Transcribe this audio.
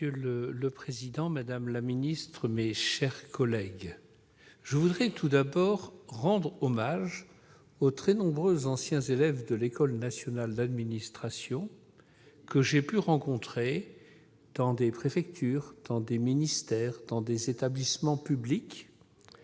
Monsieur le président, madame la ministre, mes chers collègues, je voudrais d'abord rendre hommage aux très nombreux anciens élèves de l'École nationale d'administration que j'ai pu rencontrer dans des préfectures, des ministères, des établissements publics